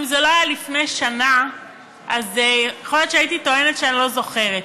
אם זה לא היה לפני שנה אז יכול להיות שהייתי טוענת שאני לא זוכרת.